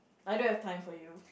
I don't have time for you